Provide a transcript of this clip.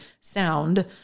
sound